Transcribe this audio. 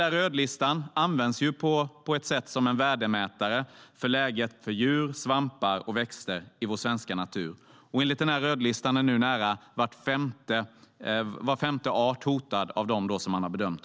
Rödlistan används på ett sätt som en värdemätare för läget för djur, svampar och växter i vår svenska natur. Enligt rödlistan är nu nära var femte art hotad, av dem som man har bedömt.